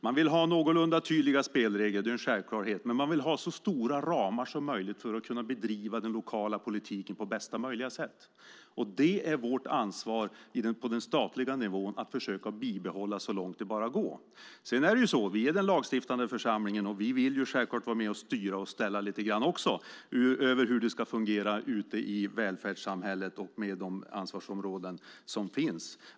Man vill ha någorlunda tydliga spelregler, det är en självklarhet, men man vill ha så vida ramar som möjligt för att kunna bedriva den lokala politiken på bästa möjliga sätt. Och det är vårt ansvar på den statliga nivån att försöka bibehålla så långt det bara går. Vi är den lagstiftande församlingen, och vi vill självklart vara med och styra och ställa lite grann också över hur det ska fungera ute i välfärdssamhället och med de ansvarsområden som finns.